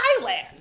Thailand